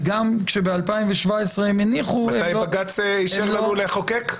וגם כשב-2017 הן הניחו -- מתי בג"ץ אישר לנו לחוקק?